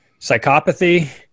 psychopathy